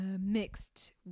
mixed